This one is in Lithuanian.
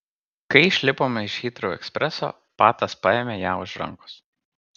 kai išlipome iš hitrou ekspreso patas paėmė ją už rankos